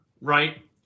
right